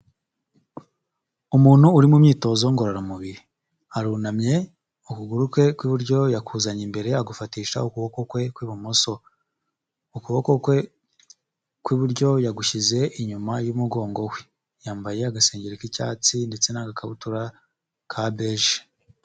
Umuntu uri mu myitozo ngororamubiri arunamye, ukuguru kwe kw'iburyo yakuzanye imbere agufatisha ukuboko kwe kw'ibumoso, ukuboko kwe kw'iburyo yagushyize inyuma y'umugongo we, yambaye agasenge k'icyatsi ndetse n'agakabutura ka beje.